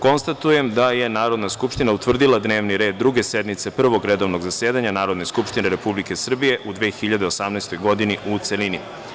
Konstatujem da je Narodna skupština utvrdila Dnevni red Druge sednice Prvog redovnog zasedanja Narodne skupštine Republike Srbije u 2018. godini, u celini.